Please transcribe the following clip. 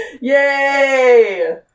Yay